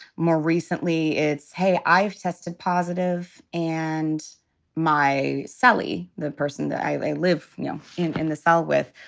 more recently, it's, hey, i've tested positive. and my sally, the person that i live you know in in the cell with,